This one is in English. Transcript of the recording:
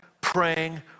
praying